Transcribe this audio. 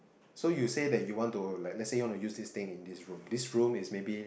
so you say that you want to like let's say you want to use this thing in this room this room is maybe